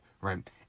right